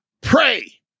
pray